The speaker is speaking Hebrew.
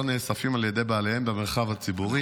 נאספים על ידי בעליהם במרחב הציבורי.